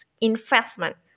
investment